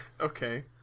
Okay